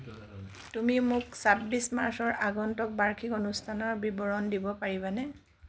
তুমি মোক ছাব্বিছ মাৰ্চৰ আগন্তুক বাৰ্ষিক অনুষ্ঠানৰ বিৱৰণ দিব পাৰিবানে